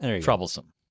Troublesome